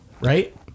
right